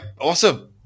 awesome